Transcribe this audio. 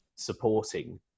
supporting